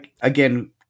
again